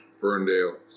Ferndale